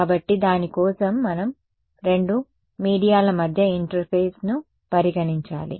కాబట్టి దాని కోసం మనం రెండు మీడియాల మధ్య ఇంటర్ఫేస్ ను పరిగణించాలి